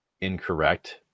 incorrect